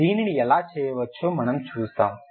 దీనిని ఎలా చేయవచ్చో మనము చూస్తాము